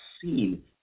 seen